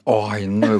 oi nu